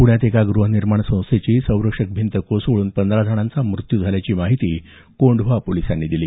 पुण्यात एका ग्रहनिर्माण संस्थेची संरक्षक भिंत कोसळून पंधरा जणांचा मृत्यू झाल्याची माहिती कोंढवा पोलिसांनी दिली